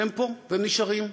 והם פה והם נשארים.